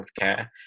healthcare